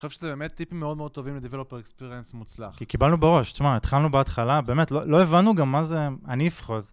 אני חושב שזה באמת טיפים מאוד מאוד טובים לדיבלופר אקספיריינס מוצלח. כי קיבלנו בראש, תשמע, התחלנו בהתחלה, באמת, לא הבנו גם מה זה, אני לפחות.